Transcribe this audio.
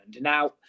Now